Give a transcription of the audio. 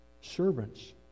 servants